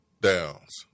Downs